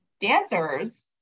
dancers